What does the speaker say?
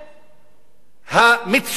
המצוקה שהוא